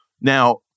Now